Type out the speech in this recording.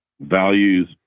values